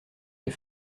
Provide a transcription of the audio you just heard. les